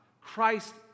Christ